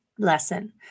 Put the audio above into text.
Lesson